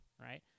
right